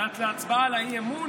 עד להצבעה על האי-אמון,